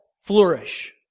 flourish